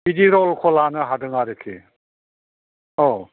बिदि रलखौ लानो हादों आरोखि औ